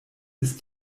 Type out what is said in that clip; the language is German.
ist